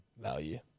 value